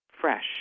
fresh